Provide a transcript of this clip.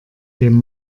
dem